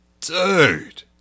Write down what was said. Dude